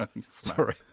Sorry